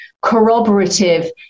corroborative